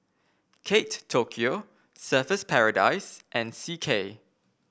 Kate Tokyo Surfer's Paradise and C K